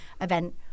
event